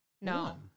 no